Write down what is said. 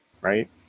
right